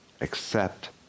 Accept